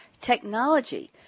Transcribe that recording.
Technology